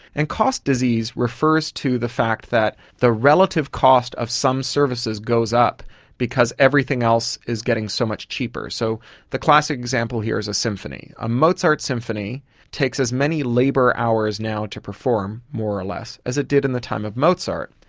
and cost disease refers to the fact that the relative cost of some services goes up because everything else is getting so much cheaper. so the classic example here is a symphony. a mozart symphony takes as many labour hours now to perform, more or less, as it did in the time of mozart.